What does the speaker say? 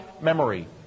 memory